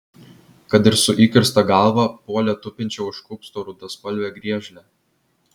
kad ir su įkirsta galva puolė tupinčią už kupsto rudaspalvę griežlę